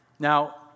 Now